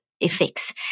effects